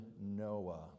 Noah